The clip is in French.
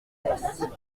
laisses